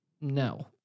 No